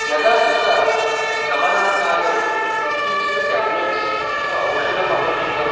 यदा तत्र गमन काले यत्किञ्चित् टेब्लेट्स् अथवा औषधम् अपेक्षितम्